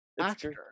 actor